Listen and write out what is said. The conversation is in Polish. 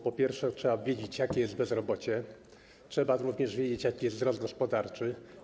Po pierwsze, trzeba wiedzieć, jakie jest bezrobocie, trzeba również wiedzieć, jaki jest wzrost gospodarczy.